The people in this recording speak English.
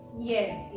Yes